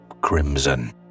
crimson